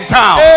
town